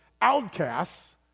outcasts